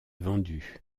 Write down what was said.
vendus